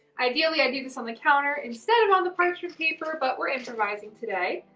ideally, i'd do this on the counter instead of on the parchment paper, but we're improvising today.